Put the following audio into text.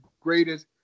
greatest